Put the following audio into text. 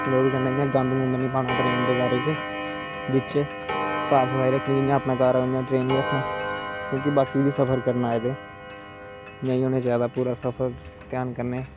जो बी करना इयां गंद नेई पाना ट्रैन दे बारे च बिच साप सफाी रक्खनी जियां अपना घार ऐ इयां गै ट्रैन रक्खना क्योकि बाकी बी सफर करन आए दे